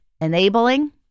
enabling